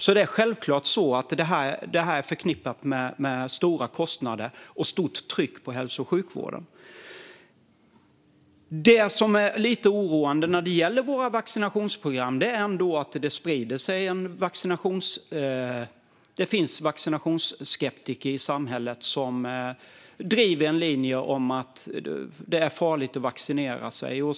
Detta är självklart förknippat med stora kostnader och ett stort tryck på hälso och sjukvården. Det som är lite oroande när det gäller våra vaccinationsprogram är att det finns vaccinationsskeptiker i samhället som driver linjen att det är farligt att vaccinera sig.